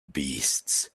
beasts